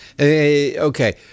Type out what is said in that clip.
Okay